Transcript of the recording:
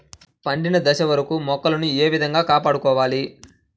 పండిన దశ వరకు మొక్కలను ఏ విధంగా కాపాడుకోవాలి?